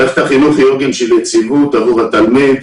מערכת החינוך היא עוגן של יציבות עבור התלמיד,